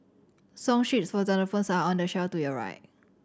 Song sheets for xylophones are on the shelf to your right